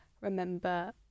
remember